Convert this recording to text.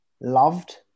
loved